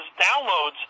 downloads